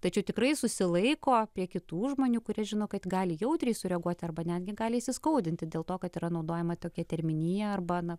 tačiau tikrai susilaiko prie kitų žmonių kurie žino kad gali jautriai sureaguoti arba netgi gali įsiskaudinti dėl to kad yra naudojama tokia terminija arba na